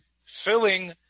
filling